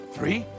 Three